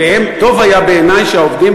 וטוב היה בעיני שהעובדים,